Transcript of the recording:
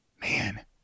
Man